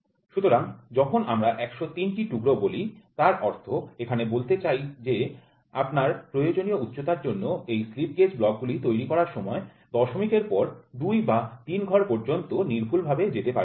সুতরাং যখন আমরা ১০৩টি টুকরো বলি তার অর্থ এখানে বলতে চাইছি যে আপনার প্রয়োজনীয় উচ্চতার জন্য এই স্লিপ গেজ ব্লকগুলি তৈরি করার সময় দশমিকের পর দুই বা তিন ঘর পর্যন্ত নির্ভুলভাবে যেতে পারে